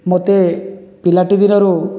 ମୋତେ ପିଲାଟି ଦିନରୁ